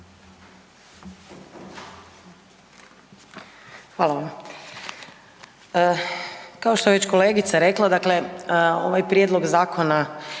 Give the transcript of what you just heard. Hvala vam.